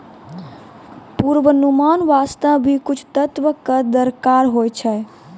पुर्वानुमान वास्ते भी कुछ तथ्य कॅ दरकार होय छै